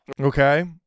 Okay